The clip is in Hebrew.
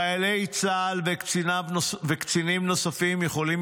חיילי צה"ל וקצינים נוספים יכולים,